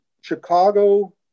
Chicago